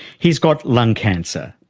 he's got lung cancer,